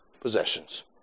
possessions